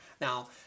Now